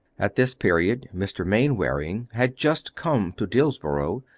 at this period mr. mainwaring had just come to dillsborough,